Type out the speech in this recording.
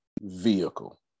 vehicle